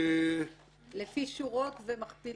זה לפי שורות, ומכפילים?